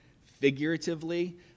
figuratively